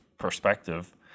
perspective